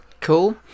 Cool